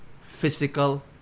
physical